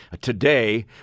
today